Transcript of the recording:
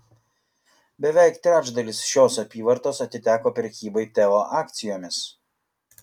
beveik trečdalis šios apyvartos atiteko prekybai teo akcijomis